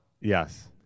Yes